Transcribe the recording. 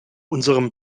unserem